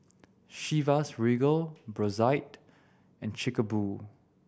Chivas Regal Brotzeit and Chic a Boo